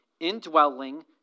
indwelling